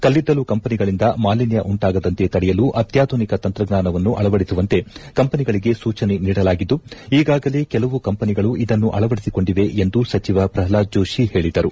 ಕಲ್ಲಿದ್ದಲು ಕಂಪನಿಗಳಿಂದ ಮಾಲಿನ್ಯ ಉಂಟಾಗದಂತೆ ತಡೆಯಲು ಅತ್ಯಾಧುನಿಕ ತಂತ್ರಜ್ಞಾನವನ್ನು ಅಳವಡಿಸುವಂತೆ ಕಂಪನಿಗಳಿಗೆ ಸೂಚನೆ ನೀಡಲಾಗಿದ್ದು ಈಗಾಗಲೇ ಕೆಲವು ಕಂಪನಿಗಳು ಇದನ್ನು ಆಳವಡಿಸಿಕೊಂಡಿವೆ ಎಂದು ಸಚಿವ ಪ್ರಷ್ನಾದ್ ಜೋಶಿ ಹೇಳಿದರು